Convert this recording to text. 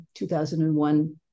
2001